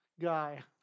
guy